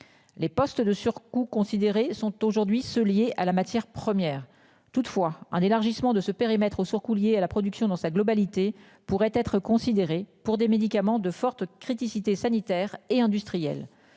Les postes de surcoût considéré sont aujourd'hui ceux liés à la matière première toutefois un élargissement de ce périmètre au surcoût lié à la production dans sa globalité, pourraient être considéré, pour des médicaments de fortes criticité sanitaire et industriels.